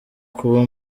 kuba